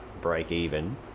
break-even